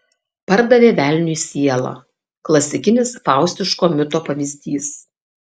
pardavė velniui sielą klasikinis faustiško mito pavyzdys